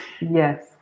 yes